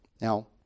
Now